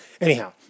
Anyhow